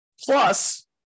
Plus